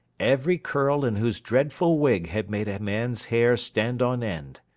every curl in whose dreadful wig had made a man's hair stand on end.